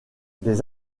des